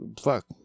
Fuck